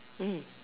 mm